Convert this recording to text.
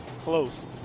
close